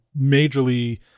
majorly